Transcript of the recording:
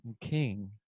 King